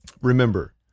remember